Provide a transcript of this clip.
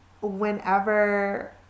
whenever